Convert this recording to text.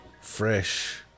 fresh